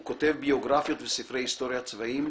הוא כותב ביוגרפיות וספרי היסטוריה צבאיים,